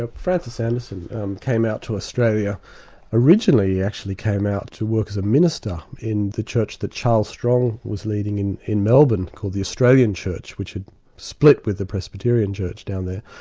ah francis anderson came out to australia originally he actually came out to work as a minister in the church that charles strong was leading in in melbourne, called the australian church which had split with the presbyterian church down there.